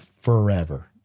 forever